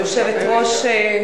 גברתי היושבת-ראש,